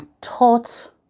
Taught